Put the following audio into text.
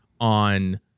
on